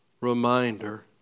reminder